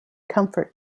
comfort